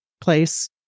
place